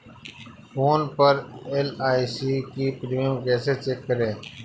Phone पर LIC का premium कैसे चेक करें?